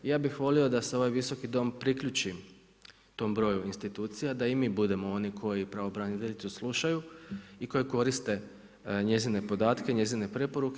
Ja bih volio da se ovaj Visoki dom priključi tom broju institucija, da i mi budemo oni koji pravobraniteljicu slušaju i koji koriste njezine podatke, njezine preporuke.